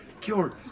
cure